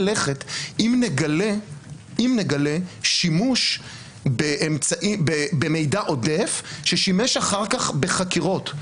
לכת אם נגלה שימוש במידע עודף ששימש אחר כך בחקירות.